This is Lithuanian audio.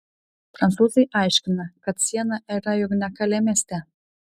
prancūzai aiškina kad siena yra juk ne kalė mieste